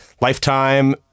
Lifetime